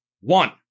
one